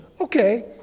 okay